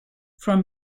from